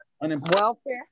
welfare